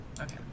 Okay